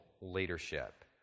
leadership